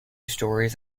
stories